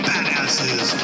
Badasses